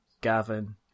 Gavin